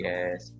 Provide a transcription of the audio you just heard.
Yes